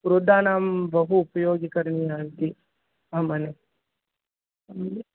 वृद्धानां बहु उपयोगं करणीयम् इति म मन्ये